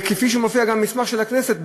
כפי שמופיע גם במסמך של הכנסת,